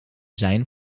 zijn